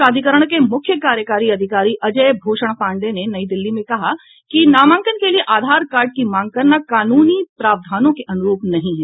प्राधिकरण के मुख्य कार्यकारी अधिकारी अजय भूषण पाण्डेय ने नई दिल्ली में कहा है कि नामांकन के लिए आधार कार्ड की मांग करना कानूनी प्रावधानों के अनुरूप नहीं है